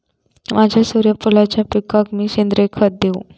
माझ्या सूर्यफुलाच्या पिकाक मी सेंद्रिय खत देवू?